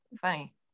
Funny